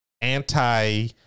anti